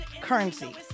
currency